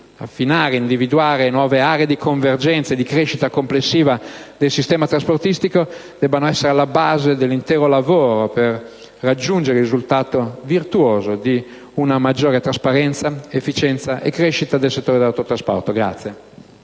affinare ed individuare nuove aree di convergenza e di crescita complessiva del sistema trasportistico nazionale debba essere alla base dell'intero lavoro per raggiungere il risultato virtuoso di una maggiore trasparenza, efficienza e crescita nel settore dell'autotrasporto.